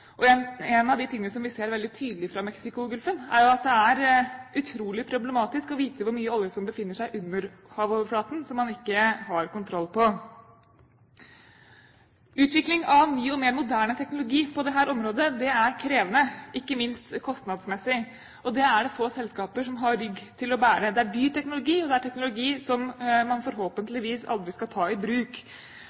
En av de tingene som vi ser veldig tydelig fra Mexicogolfen, er jo at det er utrolig problematisk å vite hvor mye olje som befinner seg under havoverflaten, og som man ikke har kontroll på. Utvikling av ny og mer moderne teknologi på dette området er krevende, ikke minst kostnadsmessig, og det er det få selskaper som har rygg til å bære. Det er dyr teknologi, og det er teknologi som man forhåpentligvis aldri skal ta i bruk.